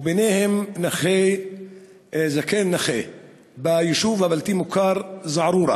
וביניהם זקן נכה ביישוב הבלתי-מוכר זערורה.